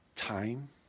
Time